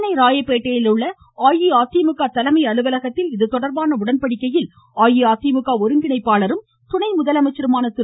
சென்னை ராயப்பேட்டையிலுள்ள கட்சித்தலைமை அலுவலகத்தில் இது தொடா்பான உடன்படிக்கையில் அஇஅதிமுக ஒருங்கிணைப்பாளரும் துணை முதலமைச்சருமான திரு